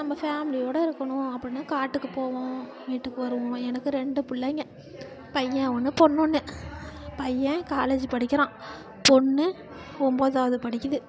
நம்ப ஃபேமிலியோடு இருக்கணும் அப்படின்னு காட்டுக்குப் போவோம் வீட்டுக்கு வருவோம் எனக்கு ரெண்டு பிள்ளைங்க பையன் ஒன்று பொண்ணு ஒன்று பையன் காலேஜு படிக்கிறான் பொண்ணு ஒன்போதாவது படிக்குது